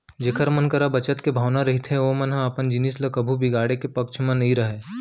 जेखर मन करा बचत के भावना रहिथे ओमन ह अपन जिनिस ल कभू बिगाड़े के पक्छ म नइ रहय